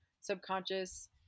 subconscious